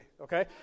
okay